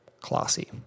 classy